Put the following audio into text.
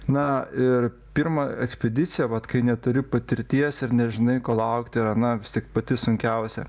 na ir pirma ekspedicija vat kai neturi patirties ir nežinai ko laukti yra na vis tiek pati sunkiausia